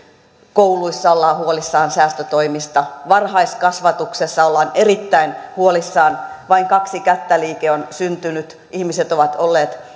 kouluissa ollaan huolissaan säästötoimista varhaiskasvatuksessa ollaan erittäin huolissaan vain kaksi kättä liike on syntynyt ihmiset ovat olleet